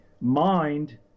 mind